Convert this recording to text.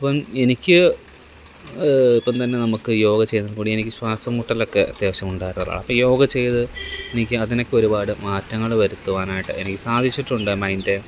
അപ്പം എനിക്ക് ഇപ്പം തന്നെ നമ്മൾക്ക് യോഗ ചെയ്യുന്നതില്ക്കൂടി എനിക്ക് ശ്വാസംമുട്ടലൊക്കെ അത്യാവശ്യം ഉണ്ടായിരുന്ന ഒരാളാണ് അപ്പം യോഗ ചെയ്തു എനിക്ക് അതിനൊക്കെ ഒരുപാട് മാറ്റങ്ങൾ വരുത്തുവാനായിട്ട് എനിക്ക് സാധിച്ചിട്ടുണ്ട് മൈന്ഡ്